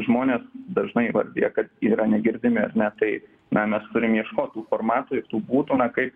žmonės dažnai įvardija kad yra negirdimi ar ne tai na mes turim ieškot tų formatų ir tų būdų na kaip